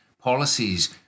policies